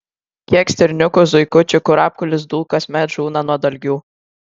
kiek stirniukų zuikučių kurapkų lizdų kasmet žūna nuo dalgių